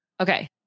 okay